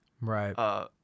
Right